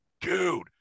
Dude